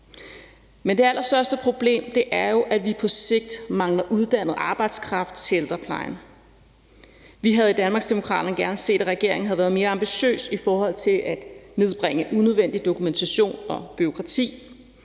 Men det allerstørste problem er jo, at vi på sigt mangler uddannet arbejdskraft til ældreplejen. Vi havde i Danmarksdemokraterne gerne set, at regeringen havde været mere ambitiøs i forhold til at nedbringe unødvendig dokumentation og bureaukrati,